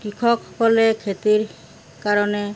কৃষকসকলে খেতিৰ কাৰণে